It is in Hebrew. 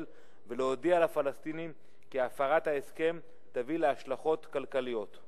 ולהודיע לפלסטינים כי הפרת ההסכם תביא להשלכות כלכליות.